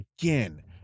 Again